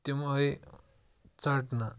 تِم آے ژَٹنہٕ